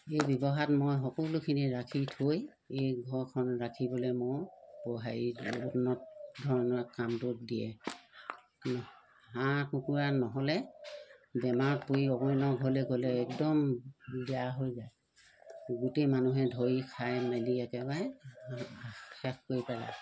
এই ব্যৱসায়ত মই সকলোখিনি ৰাখি থৈ এই ঘৰখন ৰাখিবলৈ মোৰ প হেৰি যত্নত ধৰণৰ কামটোত দিয়ে হাঁহ কুকুৰা নহ'লে বেমাৰ কৰি অইনৰ ঘৰলৈ গ'লে একদম বেয়া হৈ যায় গোটেই মানুহে ধৰি খাই মেলি একেবাৰে শেষ কৰি পেলায়